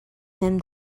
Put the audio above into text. him